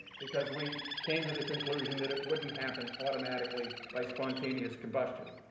because we came to the conclusion that it wouldn't happen automatically by spontaneous combustion.